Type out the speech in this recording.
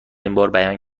بیان